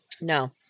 No